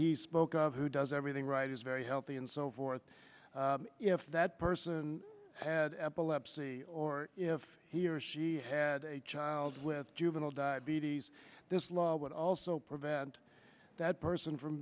he spoke of who does everything right is very healthy and so forth if that person had epilepsy or if he or she had a child with juvenile diabetes this law would also prevent that person from